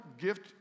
gift